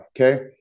Okay